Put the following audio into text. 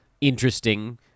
interesting